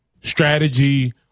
strategy